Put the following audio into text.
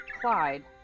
Clyde